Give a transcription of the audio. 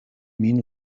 min